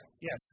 Yes